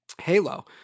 halo